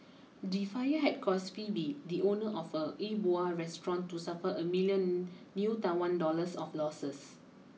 the fire had caused Phebe the owner of a E Bua restaurant to suffer a million new Taiwan dollars of losses